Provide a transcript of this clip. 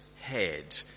head